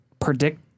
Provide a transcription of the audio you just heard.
predict